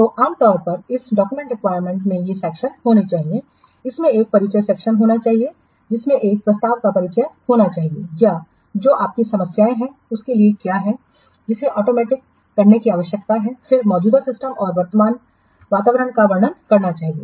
तो आम तौर पर इस डिपार्मेंट डॉक्यूमेंट में ये सेक्शन होने चाहिए इसमें एक परिचय सेक्शन होना चाहिए जिसमें इस प्रस्ताव का परिचय होना चाहिए या जो आपकी समस्या है उसके लिए क्या है जिसे ऑटोमेटिक करने की आवश्यकता है फिर मौजूदा सिस्टम और वर्तमान वातावरण का वर्णन करना चाहिए